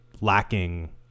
lacking